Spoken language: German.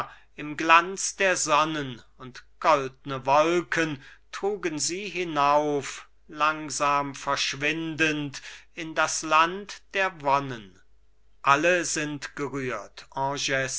im glanz der sonnen und goldne wolken trugen sie hinauf langsam verschwindend in das land der wonnen alle sind gerührt